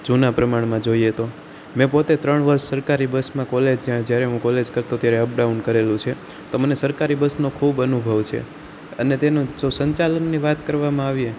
જૂના પ્રમાણમાં જોઈએ તો મેં પોતે ત્રણ વર્ષ સરકારી બસમાં કોલેજ જ જ્યારે હું કોલેજ કરતો ત્યારે અપડાઉન કરેલું છે તો મને સરકારી બસનો ખૂબ અનુભવ છે અને તેનું જો સંચાલનની વાત કરવામાં આવીએ